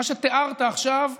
מה שתיארת עכשיו,